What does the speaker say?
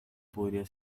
podía